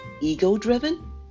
ego-driven